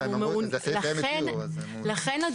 לכן,